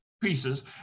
pieces